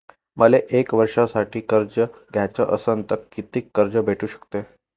मले एक वर्षासाठी कर्ज घ्याचं असनं त कितीक कर्ज भेटू शकते?